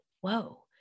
whoa